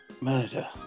murder